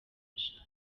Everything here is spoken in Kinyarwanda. bashatse